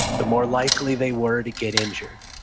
the more likely they were to get injured,